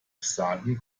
sagen